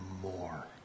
more